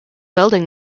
building